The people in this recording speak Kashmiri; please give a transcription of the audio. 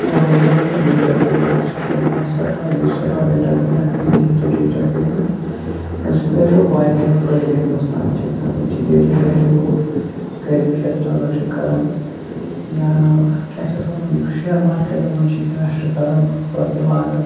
اور وۄنۍ اگر وَنو ڈِجٹَل پیمیٚنٛٹ سِسٹَم یہِ ہَسا آیہِ یُس یہِ آو اِنٹَرنیٚٹ بیٚنٛکِنٛگ تہٕ ڈِجٹَل پیمیٚنٛٹ اَمہِ سۭتۍ میلیٛو واریاہ فٲیِدٕ ہنٛدوستانچہِ اِکنوٛامی تِکیٛازِ وُنٛکیٚن چھِ لوٗکھ گھرِ بِہِتھ ٹرٛانزَکشَن کَران یا کیٛاہ چھِ اَتھ وَنان شیر مارکیٚٹَن منٛز چھِ اِنویٚسٹ کَران رۄپیہِ لاگان